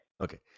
Okay